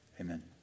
Amen